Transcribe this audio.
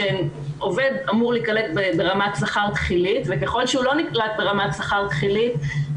שעובד אמור להיקלט ברמת שכר תחילית וככל שהוא לא נקלט ברמת שכר תחילית,